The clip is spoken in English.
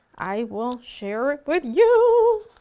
i will share it with you.